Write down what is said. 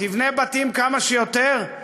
תבנה בתים כמה שיותר,